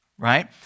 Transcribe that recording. right